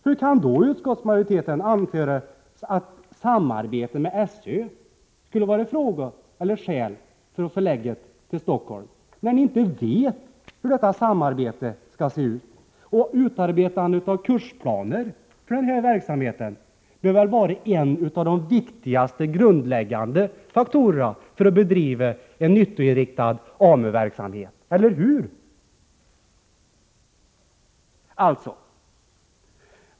Hur kan då utskottsmajoriteten anföra att samarbete med SÖ skulle vara ett skäl för förläggning till Stockholm, när ni inte vet hur detta samarbete skall se ut? Och utarbetande av kursplaner för den här verksamheten bör väl vara en av de grundläggande faktorerna för att bedriva en nyttoinriktad AMU-verksamhet, eller hur?